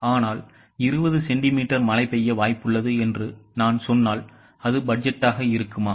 ஆனால் 20 சென்டிமீட்டர் மழை பெய்ய வாய்ப்புள்ளது என்று நான் சொன்னால் அது பட்ஜெட்டாக இருக்குமா